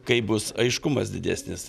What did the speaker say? kai bus aiškumas didesnis